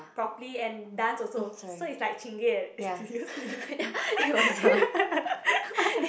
properly and dance also so is like Chingay like that